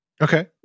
Okay